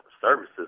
services